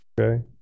Okay